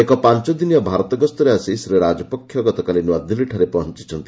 ଏକ ପାଞ୍ଚ ଦିନିଆ ଭାରତ ଗସ୍ତରେ ଆସି ଶ୍ରୀ ରାଜପକ୍ଷ ଗତକାଲି ନୂଆଦିଲ୍ଲୀଠାରେ ପହଞ୍ଚିଛନ୍ତି